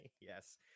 Yes